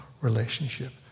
relationship